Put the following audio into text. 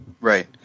Right